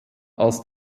als